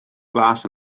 glas